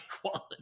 quality